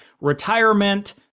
retirement